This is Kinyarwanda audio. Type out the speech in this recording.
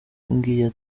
ati